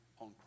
on